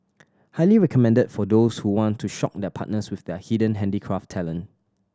highly recommended for those who want to shock their partners with their hidden handicraft talent